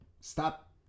stop